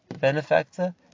benefactor